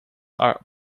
are